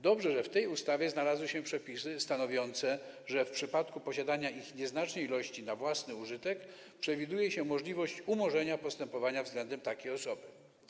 Dobrze, że w tej ustawie znalazły się przepisy stanowiące, że w przypadku posiadania ich nieznacznej ilości na własny użytek przewiduje się możliwość umorzenia postępowania względem takiej osoby.